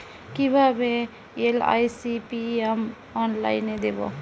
কিভাবে LIC premium অনলাইনে দেবো?